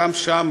גם שם,